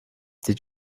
did